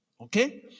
okay